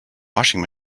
washing